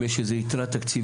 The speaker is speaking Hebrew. אם יש איזה יתרה תקציבית,